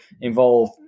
involve